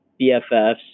BFFs